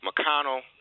McConnell